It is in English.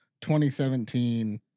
2017